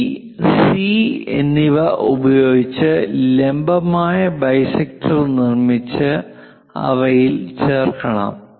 B C B C എന്നിവ ഉപയോഗിച്ച് ലംബമായ ബൈസെക്ടർ നിർമ്മിച്ച് അവയിൽ ചേർക്കണം